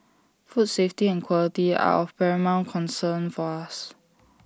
food safety and quality are of paramount concern for us